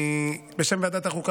בשם ועדת החוקה,